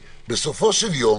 בסופו של יום